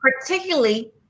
particularly